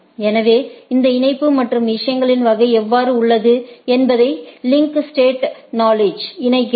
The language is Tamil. எனவே அந்த இணைப்பு மற்றும் விஷயங்களின் வகை எவ்வாறு உள்ளன என்பதை லிங்க் ஸ்டேட் நாலட்ஐ் இணைக்கிறது